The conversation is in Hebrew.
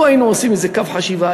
לו היינו עושים איזה קו חשיבה,